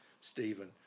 Stephen